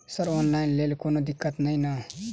Sir online लैल कोनो दिक्कत न ई नै?